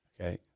okay